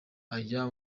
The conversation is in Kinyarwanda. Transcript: aya